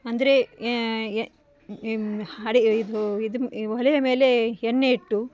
ಅಂದರೆ ಹಡೆ ಇದು ಇದು ಒಲೆಯ ಮೇಲೆ ಎಣ್ಣೆ ಇಟ್ಟು